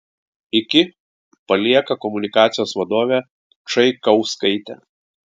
iki palieka komunikacijos vadovė čaikauskaitė